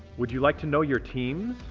would you like to know your teams?